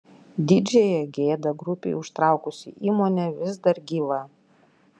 didžiąją gėdą grupei užtraukusi įmonė vis dar gyva